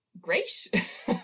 great